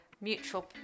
mutual